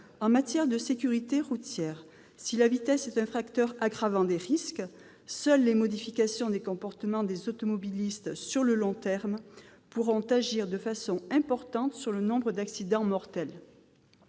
En matière de sécurité routière, si la vitesse est un facteur aggravant en termes de risques, seules les modifications des comportements des automobilistes sur le long terme pourront agir de façon importante sur le nombre d'accidents mortels.